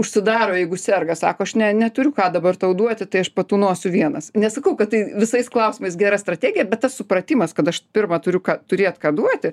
užsidaro jeigu serga sako aš ne neturiu ką dabar tau duoti tai aš patūnosiu vienas nesakau kad tai visais klausimais gera strategija bet tas supratimas kad aš pirma turiu turėt ką duoti